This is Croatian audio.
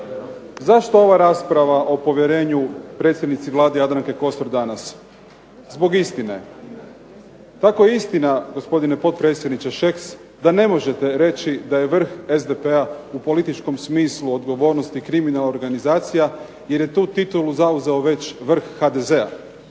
Zašto ova rasprava o povjerenju predsjednici Vlade Jadranke Kosor danas? Zbog istine. Kako je istina gospodine potpredsjedniče Šeks da ne možete reći da je vrh SDP-a u političkom smislu odgovornosti i kriminalna organizacija jer je tu titulu zauzeo već vrh HDZ-a.